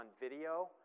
video